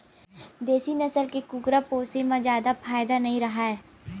देसी नसल के कुकरा पोसे म जादा फायदा नइ राहय